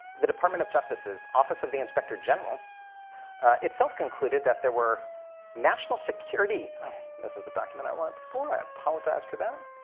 the department of justice's office of the inspector general itself concluded that there were national security this was the document i wanted before. i apologize for that.